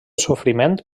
sofriment